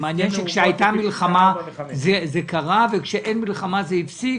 מעניין שכאשר הייתה מלחמה זה קרה וכאשר אין מלחמה זה הפסיק.